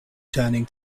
turning